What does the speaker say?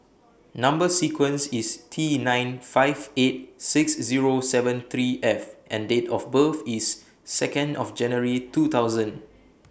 Number sequence IS T nine five eight six Zero seven three F and Date of birth IS Second of January two thousand